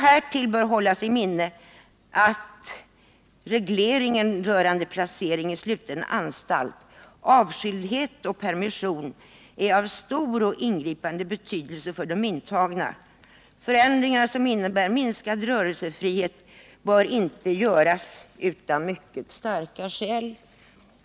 Härtill bör hållas i minnet att regleringen rörande placeringen i sluten anstalt, avskildhet och permission är av stor och ingripande betydelse för de intagna. Förändringar som innebär minskad rörelsefrihet bör inte göras utan mycket starka skäl.